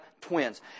twins